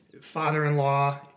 father-in-law